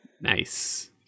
nice